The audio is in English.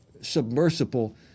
submersible